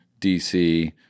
DC